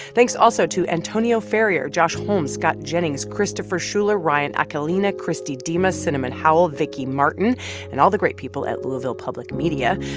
thanks also to antonia ferrier, josh holmes, scott jennings, christopher schuler, ryan aquilina, kristi dima, cinnamon howell, vicky martin and all the great people at louisville public media.